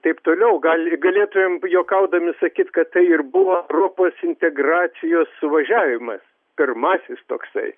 taip toliau gal galėtumėm juokaudami sakyt kad tai ir buvo europos integracijos suvažiavimas pirmasis toksai